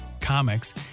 Comics